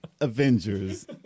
Avengers